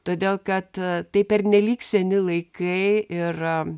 todėl kad tai pernelyg seni laikai ir